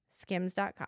skims.com